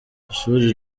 ishuri